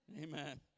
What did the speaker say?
Amen